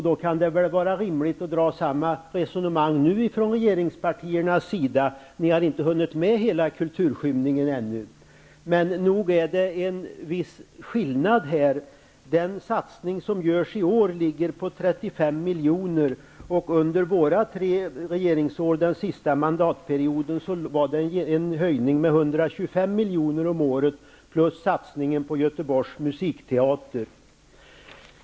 Då kan det väl vara rimligt att föra samma resonemang nu från regeringspartiernas sida, att ni inte har hunnit med hela kulturskymningen ännu. Nog är det en viss skillnad här. Den satsning som görs i år ligger på 35 miljoner. Under våra tre senaste regeringsår var det en höjning med 125 miljoner om året plus satsningen på Göteborgs musikteater.